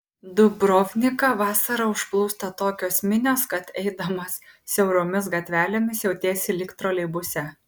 dubrovniką vasarą užplūsta tokios minios kad eidamas siauromis gatvelėmis jautiesi lyg troleibuse